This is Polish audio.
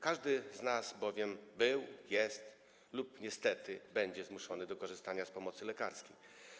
Każdy z nas bowiem był, jest lub, niestety, będzie zmuszony do korzystania z pomocy lekarskiej.